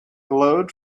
glowed